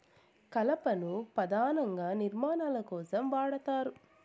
కలపను పధానంగా నిర్మాణాల కోసం వాడతారు